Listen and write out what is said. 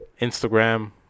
Instagram